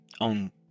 on